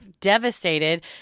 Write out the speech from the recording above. devastated